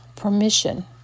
permission